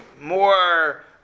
more